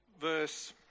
verse